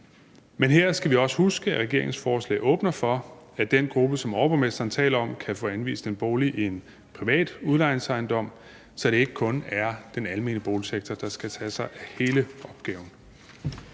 Men her skal vi også huske, at regeringens forslag åbner for, at den gruppe, som overborgmesteren taler om, kan få anvist en bolig i en privat udlejningsejendom, så det ikke kun er den almene boligsektor, der skal tage sig af hele opgaven.